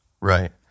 Right